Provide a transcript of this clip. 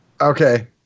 Okay